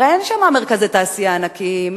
הרי אין שם מרכזי תעשייה ענקיים,